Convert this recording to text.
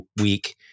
week